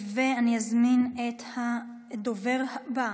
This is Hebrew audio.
אני אזמין את הדובר הבא.